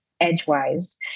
edgewise